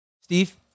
Steve